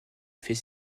fait